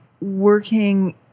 working